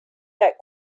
that